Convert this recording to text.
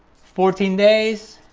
fourteen days,